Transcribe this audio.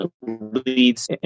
leads